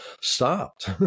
stopped